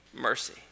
mercy